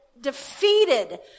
defeated